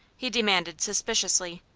he demanded, suspiciously.